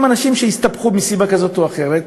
הם אנשים שהסתבכו מסיבה כזאת או אחרת,